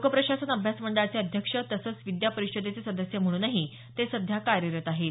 लोकप्रशासन अभ्यास मंडळाचे अध्यक्ष तसंच विद्या परिषदेचे सदस्य म्हणून ते सध्या कार्यरत आहेत